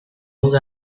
uda